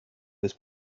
was